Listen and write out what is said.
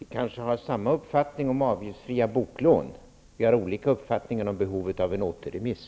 Herr talman! Vi kanske har samma uppfattning om avgiftsfria boklån. Vi har olika uppfattningar om behovet av en återremiss.